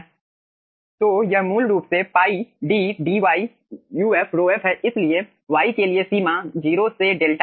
तो यह मूल रूप से π D dy uf ρf है इसलिए y के लिए सीमा 0 से 𝛿 है